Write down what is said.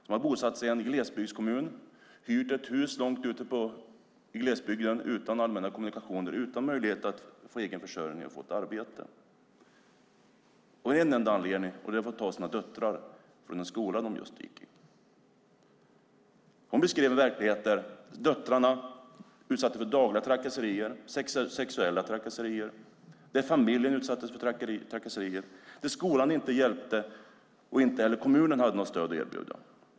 Hon hade bosatt sig i en glesbygdskommun, hyrt ett hus långt ute i glesbygden utan allmänna kommunikationer, utan möjlighet till egen försörjning, utan möjlighet att få ett arbete. Det hade hon gjort av en enda anledning, att ta sina döttrar från den skola de gått i. Hon beskrev hur döttrarna utsattes för dagliga trakasserier, sexuella trakasserier, och hur även familjen utsattes för trakasserier. Skolan hjälpte dem inte, och inte heller hade kommunen något stöd att erbjuda.